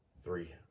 three